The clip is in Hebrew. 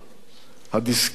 הדסקית על הצוואר,